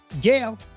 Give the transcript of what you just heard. Gail